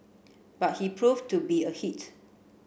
but he proved to be a hit